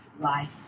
life